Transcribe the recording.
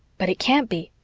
but it can't be.